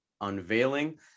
unveiling